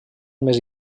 més